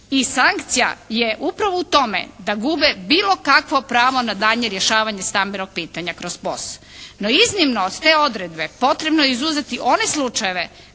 i sankcija je upravo u tome da gube bilo kakvo pravo na daljnje rješavanje stambenog pitanja kroz POS. No iznimnost te odredbe potrebno je izuzeti one slučajeve